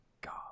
god